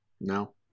No